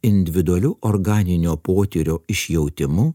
individualių organinio potyrio išjautimu